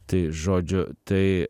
tai žodžiu tai